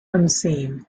unseen